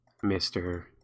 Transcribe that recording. Mr